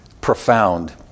profound